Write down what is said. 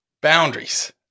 boundaries